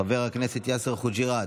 חבר הכנסת יאסר חוג'יראת,